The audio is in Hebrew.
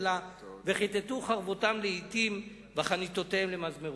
אלא וכיתתו חרבותם לאתים וחניתותיהם למזמרות.